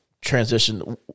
transition